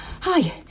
hi